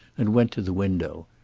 and went to the window.